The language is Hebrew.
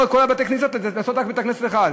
את כל בתי-הכנסת ולעשות רק בית-כנסת אחד.